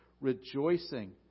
rejoicing